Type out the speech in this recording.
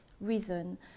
reason